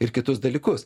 ir kitus dalykus